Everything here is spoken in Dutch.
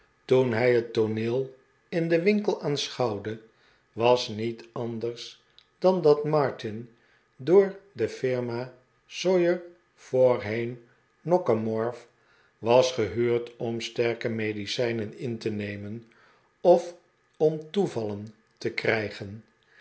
toen hij het tooneel in den winkel aanschouwde was niet anders dan dat martin door de firma sawyer voorheen nockemorf was gehuurd om sterke medicijnen in te nemen of om toevallen te krijgen